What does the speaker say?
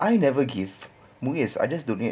I never give M_U_I_S I just donate